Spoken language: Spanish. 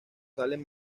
sales